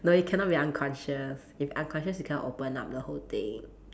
no you cannot be unconscious if unconscious you cannot open up the whole thing